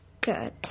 good